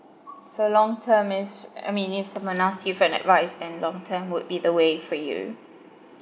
so long term is I mean if someone ask you for an advice then long term would be the way for you